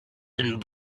and